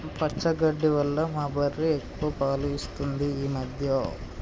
పచ్చగడ్డి వల్ల మా బర్రె ఎక్కువ పాలు ఇస్తుంది ఈ మధ్య